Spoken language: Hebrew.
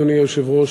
אדוני היושב-ראש,